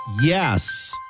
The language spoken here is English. Yes